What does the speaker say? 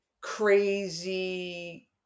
crazy